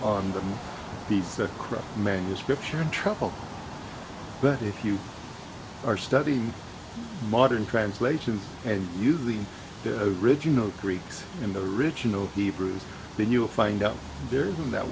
on the piece of crap manuscripts you're in trouble but if you are studying modern translations and use the original greeks in the original hebrew then you'll find out there isn't that